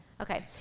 Okay